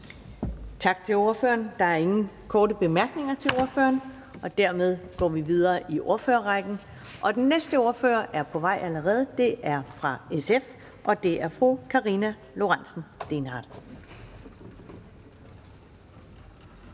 Tak til ordføreren. Der er ingen korte bemærkninger til ordføreren. Dermed går vi videre i ordførerrækken, og næste ordfører er på vej allerede. Det er fru Karina Lorentzen Dehnhardt